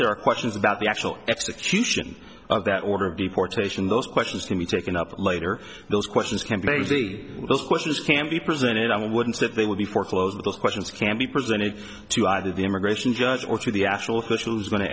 there are questions about the actual execution of that order of deportation those questions to be taken up later those questions can be those questions can be presented i wouldn't say that they would be foreclosed those questions can be presented to either the immigration judge or to the actual official